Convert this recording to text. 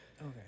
Okay